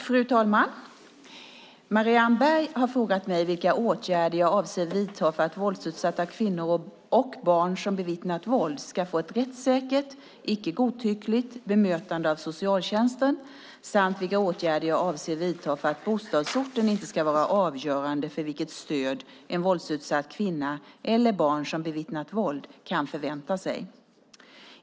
Fru talman! Marianne Berg har frågat mig vilka åtgärder jag avser att vidta för att våldsutsatta kvinnor och barn som bevittnat våld ska få ett rättssäkert, icke godtyckligt, bemötande av socialtjänsten samt vilka åtgärder jag avser att vidta för att bostadsorten inte ska vara avgörande för vilket stöd en våldsutsatt kvinna eller barn som bevittnat våld kan förvänta sig.